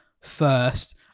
first